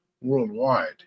worldwide